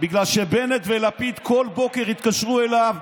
בגלל שבנט ולפיד כל בוקר יתקשרו אליו,